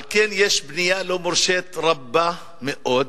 על כן יש בנייה לא מורשית רבה מאוד,